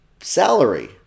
salary